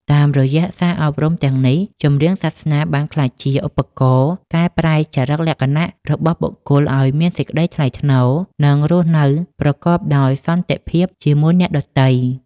តាមរយៈសារអប់រំទាំងនេះ ចម្រៀងសាសនាបានក្លាយជាឧបករណ៍កែប្រែចរិតលក្ខណៈរបស់បុគ្គលឱ្យមានសេចក្តីថ្លៃថ្នូរ និងរស់នៅប្រកបដោយសន្តិភាពជាមួយអ្នកដទៃ។